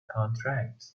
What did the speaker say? contract